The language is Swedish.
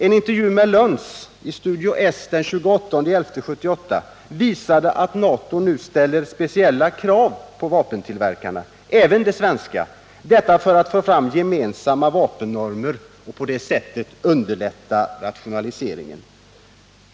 En intervju med Luns — i Studio S den 28 november 1978 — visade att NATO nu ställer speciella krav på vapentillverkarna, även de svenska, för att få fram gemensamma vapennormer och på det sättet underlätta rationaliseringen.